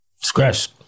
Scratch